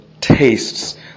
tastes